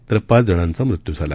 तर पाच जणांचा मृत्यू झाला